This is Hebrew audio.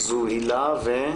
הן הילה ומי?